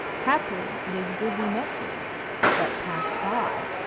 haply it is good we met thee but, passed by,